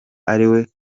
ariwe